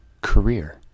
career